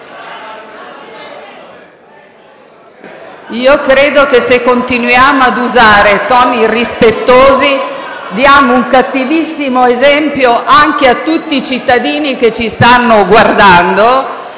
Credo che se continuiamo a usare toni irrispettosi diamo un cattivissimo esempio anche a tutti i cittadini che ci stanno guardando,